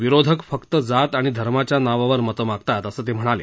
विरोधक फक्त जात आणि धर्माच्या नावावर मतं मागतात असं ते म्हणाले